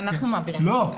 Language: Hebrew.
לא.